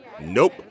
Nope